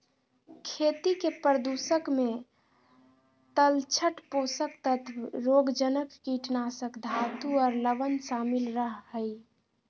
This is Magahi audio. खेती के प्रदूषक मे तलछट, पोषक तत्व, रोगजनक, कीटनाशक, धातु आर लवण शामिल रह हई